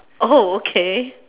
oh okay